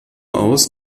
aus